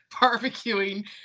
barbecuing